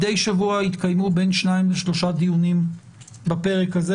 מדי שבוע יתקיימו בין שניים לשלושה דיונים בפרק הזה,